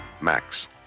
Max